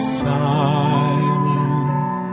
silent